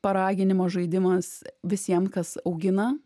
paraginimo žaidimas visiem kas augina